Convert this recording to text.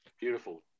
beautiful